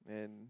and